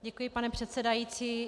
Děkuji, pane předsedající.